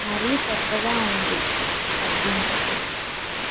మరీ పెద్దగా ఉంది తగ్గించు